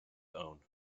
own